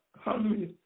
hallelujah